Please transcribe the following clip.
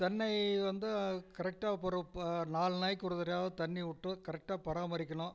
தென்னை வந்து கரெக்டாக போடுறப்ப நாலு நாளைக்கு ஒரு தடவையாவது தண்ணிவிட்டு கரெக்டாக பராமரிக்கணும்